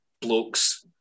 blokes